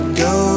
go